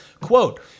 Quote